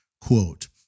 Quote